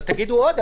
תגידו עוד.